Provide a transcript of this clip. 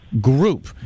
Group